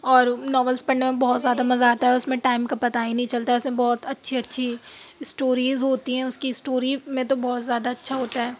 اور ناولس پڑھنے میں بہت زیادہ مزہ آتا ہے اور اُس میں ٹائم کا پتا ہی نہیں چلتا ہے اُس میں بہت اچھی اچھی اسٹوریز ہوتی ہیں اُس کی اسٹوری میں تو بہت زیادہ اچھا ہوتا ہے